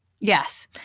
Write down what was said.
yes